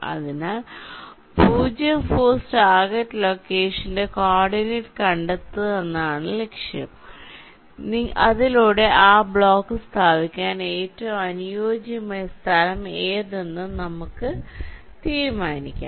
അതിനാൽ 0 force target ലൊക്കേഷന്റെ coordinate കണ്ടെത്തുക എന്നതാണ് ലക്ഷ്യം അതിലൂടെ ആ ബ്ലോക്ക് സ്ഥാപിക്കാൻ ഏറ്റവും അനുയോജ്യമായ സ്ഥലം ഏതെന്ന് നമുക്ക് തീരുമാനിക്കാം